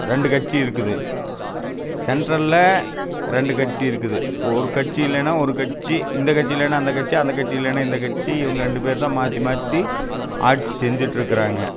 ரெண்டு கட்சி இருக்குது சென்ட்ரலில் ரெண்டு கட்சி இருக்குது ஒரு கட்சி இல்லைனா ஒரு கட்சி இந்த கட்சி இல்லைனா அந்த கட்சி அந்த கட்சி இல்லைனா இந்த கட்சி இவங்க ரெண்டு பேர் தான் மாற்றி மாற்றி ஆட்சி செஞ்சுட்டுருக்காங்க